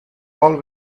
all